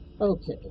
Okay